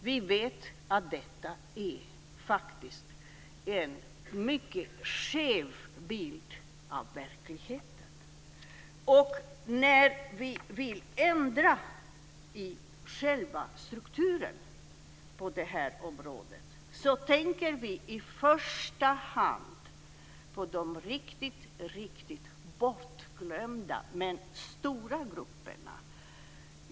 Vi vet att detta faktiskt är en mycket skev bild av verkligheten, och när vi vill ändra i själva strukturen på det här området tänker vi i första hand på de riktigt bortglömda men stora grupperna.